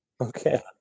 Okay